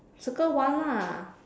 circle one lah